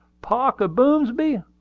parker boomsby!